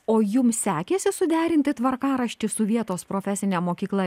o jums sekėsi suderinti tvarkaraštį su vietos profesine mokykla